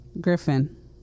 Griffin